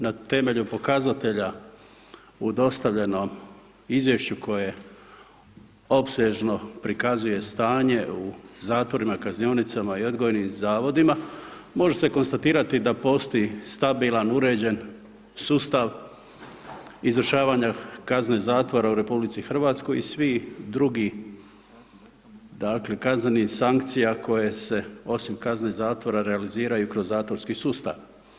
Na temelju pokazatelja u dostavljenom izvješću koje opsežno prikazuje stanje u zatvorima i kaznionicama i odgojnim zavodima, može se konstatirati da postoji stabilan, uređen sustav, izvršavanja kazne zatvora u RH i svi drugi dakle kaznenih sankcija koje se osim kazne zatvora realiziraju kroz zatvorski sustav.